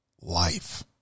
life